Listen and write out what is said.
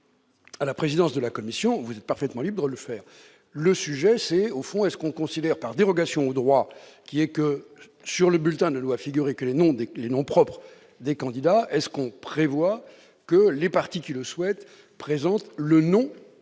à la présidence de la Commission, vous êtes parfaitement libre de le faire. Le sujet, au fond, c'est celui-ci : considère-t-on par dérogation au droit en vigueur- sur le bulletin ne doivent figurer que les noms propres des candidats -qu'il faille prévoir que les partis qui le souhaitent présentent le nom